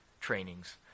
trainings